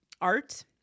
art